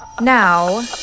now